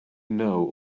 know